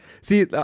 See